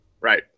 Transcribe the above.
right